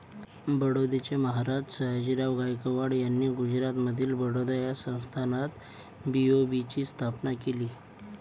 बडोद्याचे महाराज सयाजीराव गायकवाड यांनी गुजरातमधील बडोदा या संस्थानात बी.ओ.बी ची स्थापना केली